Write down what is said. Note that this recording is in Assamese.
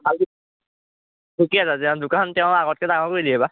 ঠিকে আছে যে দোকান তেওঁ আগতকৈ ডাঙৰ কৰি দিলে বা